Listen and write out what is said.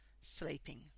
sleeping